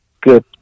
good